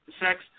sex